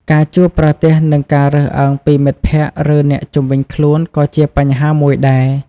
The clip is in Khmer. ការជួបប្រទះនឹងការរើសអើងពីមិត្តភក្ដិ ឬអ្នកជុំវិញខ្លួនក៏ជាបញ្ហាមួយដែរ។